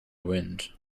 wind